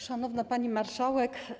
Szanowna Pani Marszałek!